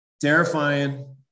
Terrifying